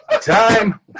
Time